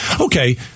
Okay